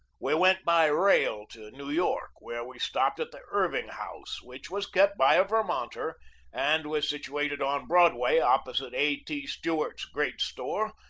we went by rail to new york, where we stopped at the irving house, which was kept by a vermonter and was situated on broad way, opposite a. t. stewart's great store,